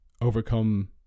overcome